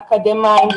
אקדמאים,